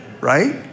right